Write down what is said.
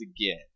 again